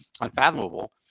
unfathomable